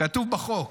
כתוב בחוק.